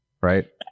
right